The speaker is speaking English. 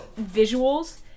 visuals